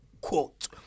quote